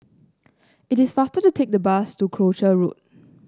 it is faster to take the bus to Croucher Road